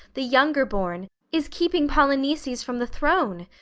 the younger born, is keeping polyneices from the throne,